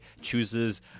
chooses